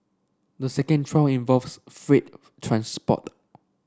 the second trial involves freight transport